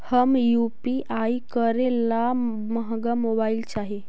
हम यु.पी.आई करे ला महंगा मोबाईल चाही?